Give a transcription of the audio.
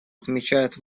отмечают